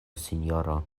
sinjoro